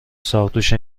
ساقدوش